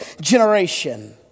generation